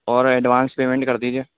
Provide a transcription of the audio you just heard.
اور advance payment کر دیجیے